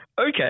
okay